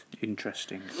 Interesting